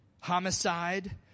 homicide